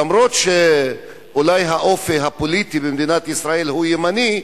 אף-על-פי שאולי האופי הפוליטי במדינת ישראל הוא ימני,